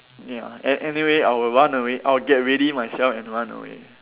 ya an~ anyway I will run away I'll get ready myself and run away